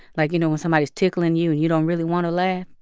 like, you know, when somebody is tickling you and you don't really want to laugh?